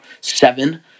seven